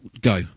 go